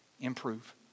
improve